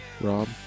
Rob